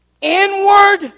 inward